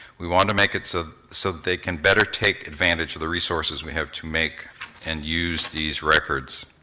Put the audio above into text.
we wanna make it so so that they can better take advantage of the resources we have to make and use these records.